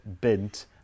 bint